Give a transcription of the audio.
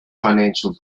financial